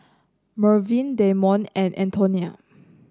Mervyn Damion and Antonia